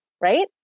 Right